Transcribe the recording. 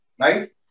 right